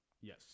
Yes